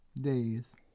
days